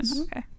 okay